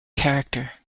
character